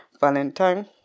valentine